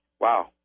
Wow